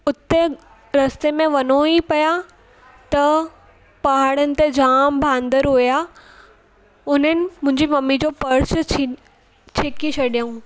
उते रस्ते में वञूं ई पिया त पहाड़नि ते जामु बांदर हुया उन्हनि मुंहिंजी मम्मी जो पर्स छि छिके छॾियाऊं